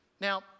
Now